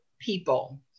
people